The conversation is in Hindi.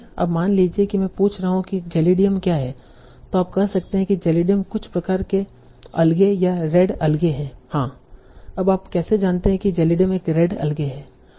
अब मान लीजिए कि मैं पूछ रहा हूं कि जेलिडियम क्या है और आप कह सकते हैं कि जेलिडियम कुछ प्रकार के अलगे या रेड अलगे हैं हाँ अब आप कैसे जानते हैं कि जेलिडियम एक रेड अलगे है